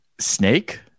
snake